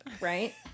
Right